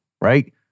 right